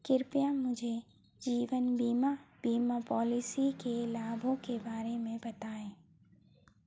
कृपया मुझे जीवन बीमा बीमा पॉलिसी के लाभों के बारे में बताएँ